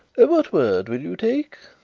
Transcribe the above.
what word will you take?